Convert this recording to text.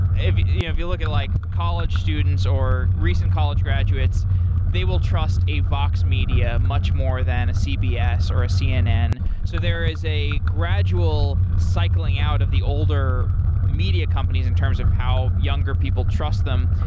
if you look at it like college students or recent college graduates they will trust a vox media much more than a cbs or ah cnn. so there is a gradual cycling out of the older media companies in terms of how younger people trust them.